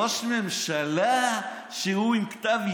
ראש ממשלה שהוא עם כתב אישום.